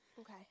Okay